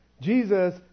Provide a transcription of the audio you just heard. Jesus